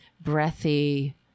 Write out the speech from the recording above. breathy